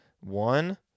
one